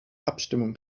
abstimmung